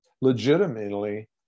legitimately